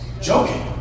joking